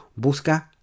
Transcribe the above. Busca